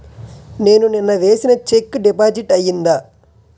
నేను నిన్న వేసిన చెక్ డిపాజిట్ అయిందా?